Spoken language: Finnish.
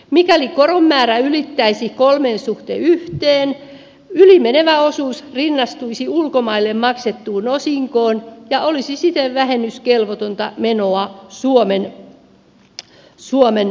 mikäli koron määrä ylittäisi kolmen suhteen yhteen yli menevä osuus rinnastuisi ulkomaille maksettuun osinkoon ja olisi siten vähennyskelvotonta menoa suomen verotuksessa